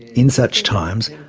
in such times,